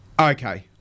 Okay